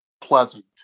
pleasant